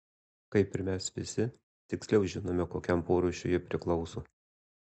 kaip ir mes visi tiksliau žinome kokiam porūšiui ji priklauso